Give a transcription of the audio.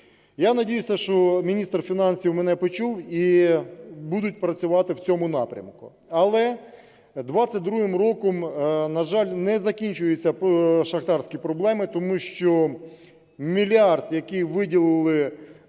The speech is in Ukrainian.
Я надіюсь, що міністр фінансів мене почув і будуть працювати в цьому напрямку. Але 22-м роком, на жаль, не закінчується шахтарські проблеми, тому що мільярд, який виділили